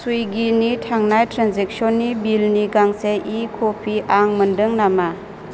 सुइगिनि थांनाय ट्रेन्जेकसननि बिलनि गांसे इ क'पि आं मोनदों नामा